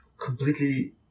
completely